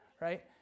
right